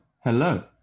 hello